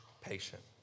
patient